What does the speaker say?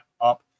up